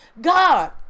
God